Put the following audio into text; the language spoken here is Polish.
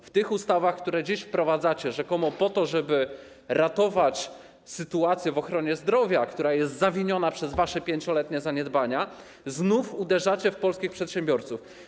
W tych ustawach, które dziś wprowadzacie rzekomo po to, żeby ratować sytuację w ochronie zdrowia, która jest zawiniona przez wasze pięcioletnie zaniedbania, znów uderzacie w polskich przedsiębiorców.